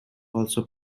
also